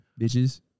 Bitches